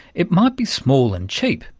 it might be small and cheap,